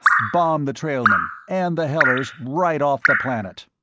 bomb the trailmen and the hellers right off the planet.